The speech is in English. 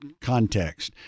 context